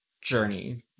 journey